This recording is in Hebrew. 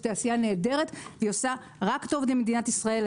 היא תעשייה נהדרת והיא עושה רק טוב למדינת ישראל.